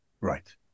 right